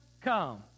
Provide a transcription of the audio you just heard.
come